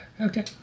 okay